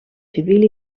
civil